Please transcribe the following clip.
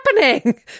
happening